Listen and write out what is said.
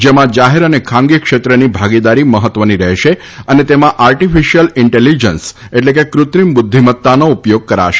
જેમાં જાહેર અને ખાનગી ક્ષેત્રની ભાગીદારી મહત્વની રહેશે અને તેમાં આર્ટીફીશીયલ ઇન્ટેલીજન્સ એટલે કે કૃત્રિમ બુઘ્ઘમત્તાનો ઉપયોગ કરાશે